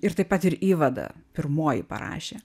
ir taip pat ir įvadą pirmoji parašė